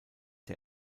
der